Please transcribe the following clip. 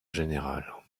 générale